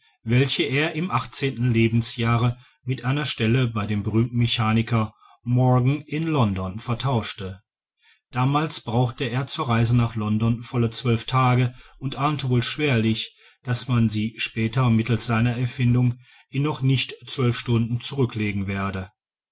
welche er im achtzehnten lebensjahre mir einer stelle bei dem berühmten mechaniker morgan in london vertauschte damals brauchte er zur reise nach london volle zwölf tage und ahnte wohl schwerlich daß man sie später mittelst seiner erfindung in noch nicht zwölf stunden zurücklegen werde